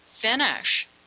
Finish